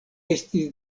estis